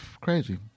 crazy